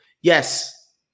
yes